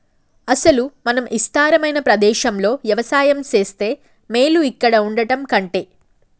అసలు మనం ఇస్తారమైన ప్రదేశంలో యవసాయం సేస్తే మేలు ఇక్కడ వుండటం కంటె